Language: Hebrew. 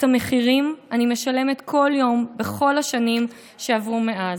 את המחירים אני משלמת כל יום בכל השנים שעברו מאז.